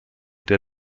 der